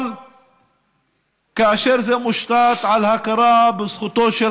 אבל כאשר זה מושתת על הכרה בזכותו של